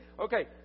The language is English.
Okay